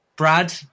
Brad